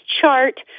chart